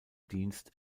dienst